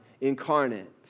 incarnate